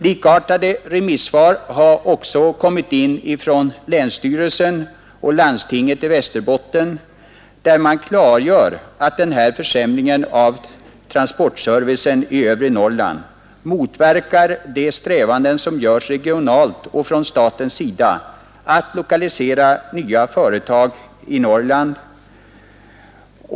Likartade remissvar har kommit från länsstyrelsen och landstinget i Västerbotten, där man klargör att den här försämringen av transportser vicen i övre Norrland motverkar de strävanden som görs regionalt och från statens sida för att lokalisera nya företag i Norrland.